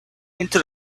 into